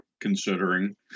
considering